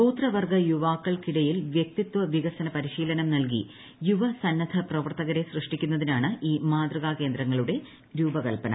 ഗോത്രവർഗ യുവാക്കൾക്കിടയിൽ വൃക്തിത്വ വികസന പരിശീലനം നൽകി യുവ സന്നദ്ധപ്രവർത്തകരെ സൃഷ്ടിക്കുന്നതിനാണ് ഈ മാതൃകാ കേന്ദ്രങ്ങളുടെ രൂപകൽപ്പന